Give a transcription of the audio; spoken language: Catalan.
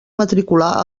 matricular